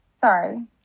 sorry